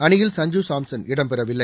அணியில் சஞ்சு சாம்சன் இடம் பெறவில்லை